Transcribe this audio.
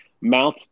mouth